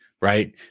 right